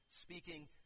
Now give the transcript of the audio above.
speaking